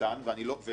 ואני באתי לומר